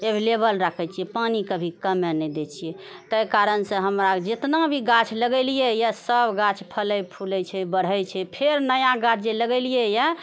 एवलेवल राखै छियै पानि कभी कमे नहि दै छियै तैं कारणसँ हम आब जेतना भी गाछ लगेलियै यऽ सब गाछ फलै फूलै छै बढ़ै छै फेर नया गाछ जे लगेलियै यऽ